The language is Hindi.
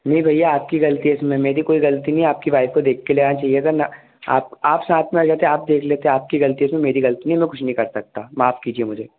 नही भैया आपकी ग़लती है इसमें मेरी कुछ ग़लती नहीं है आपकी वाइफ़ को देख कर लेना चाहिए था ना आप आप साथ में आ जाते आप देख लेते आपकी ग़लती है इसमें मेरी ग़लती नहीं है मैं कुछ नहीं कर सकता माफ़ कीजिए मुझे